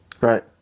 Right